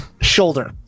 shoulder